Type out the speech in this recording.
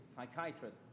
psychiatrist